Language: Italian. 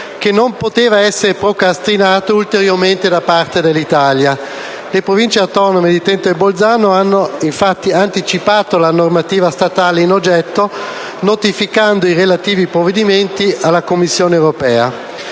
che non poteva essere procrastinata ulteriormente da parte dell'Italia. Le Province autonome di Trento e di Bolzano hanno infatti anticipato la normativa statale in oggetto, notificando i relativi provvedimenti alla Commissione europea.